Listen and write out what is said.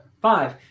five